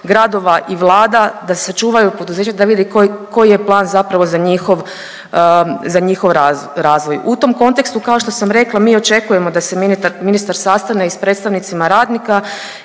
gradova i vlada da sačuvaju poduzeća, da vidi koji je plan zapravo za njihov, za njihov razvoj. U tom kontekstu kao što sam rekla mi očekujemo da se ministar sastane i s predstavnicima radnika